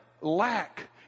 lack